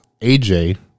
AJ